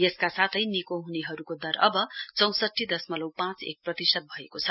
यसका साथै निको हुनेहरुको दर अव चौंसठी दशमलउ पाँच क प्रतिशत भएको छ